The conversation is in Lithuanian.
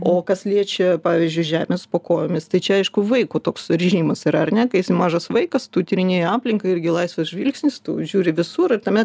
o kas liečia pavyzdžiui žemes po kojomis tai čia aišku vaiko toks režimas yra ar ne kai esi mažas vaikas tu tyrinėji aplinką irgi laisvės žvilgsnis tu žiūri visur ir tame